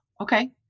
Okay